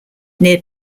near